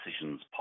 decisions